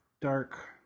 Dark